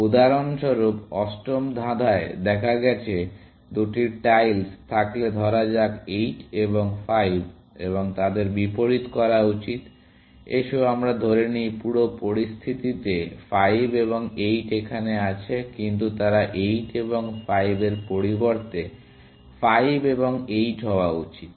উদাহরণস্বরূপ অষ্টম ধাঁধায় দেখা গেছে দুটি টাইলস থাকলে ধরা যাক 8 এবং 5 এবং তাদের বিপরীত করা উচিত এসো আমরা ধরে নেই পুরো পরিস্থিতিতে 5 এবং 8 এখানে আছে কিন্তু তারা 8 এবং 5 এর পরিবর্তে 5 এবং 8 হওয়া উচিত